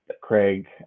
craig